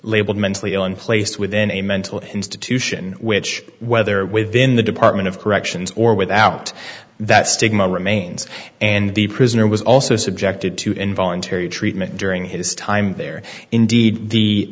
labeled mentally ill and placed within a mental institution which whether within the department of corrections or without that stigma remains and the prisoner was also subjected to involuntary treatment during his time there indeed the